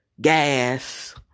Gas